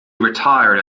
retired